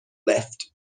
left